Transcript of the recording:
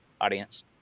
audience